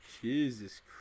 Jesus